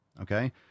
okay